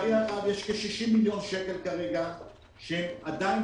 לצערי הרב יש כרגע כ-60 מיליון שקלים שהם עדיין